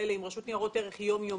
כאלו עם רשות ניירות ערך היא יום יומית,